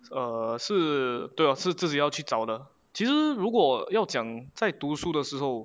err 是对 lor 是自己要去找的其实如果要讲在读书的时候